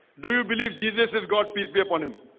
do you believe jesus is god pp upon him?